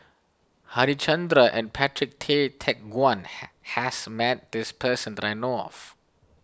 Harichandra and Patrick Tay Teck Guan has met this person that I know of